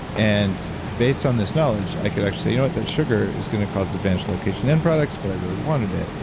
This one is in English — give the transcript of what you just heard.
and based on this knowledge, i could actually say, you know what that sugar is gonna cause advanced glycation end products, but i really wanted it,